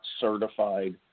certified